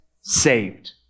saved